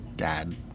dad